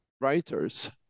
writers